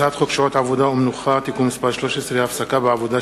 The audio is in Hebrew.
מטעם הכנסת: הצעת חוק שעות עבודה ומנוחה (תיקון מס' 13) (הפסקה בעבודה,